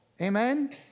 Amen